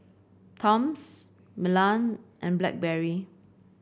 Toms Milan and Blackberry